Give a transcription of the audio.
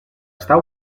estar